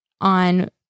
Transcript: on